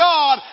God